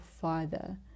father